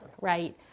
Right